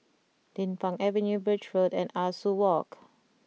Din Pang Avenue Birch Road and Ah Soo Walk